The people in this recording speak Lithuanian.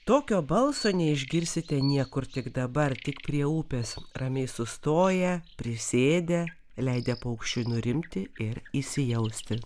tokio balso neišgirsite niekur tik dabar tik prie upės ramiai sustoję prisėdę leidę paukščiui nurimti ir įsijausti